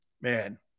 Man